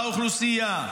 באוכלוסייה,